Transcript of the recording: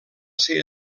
ser